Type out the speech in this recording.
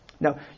Now